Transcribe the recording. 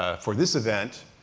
ah for this event,